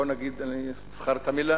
בוא נגיד, אני אבחר את המלה,